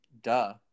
Duh